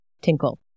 tinkle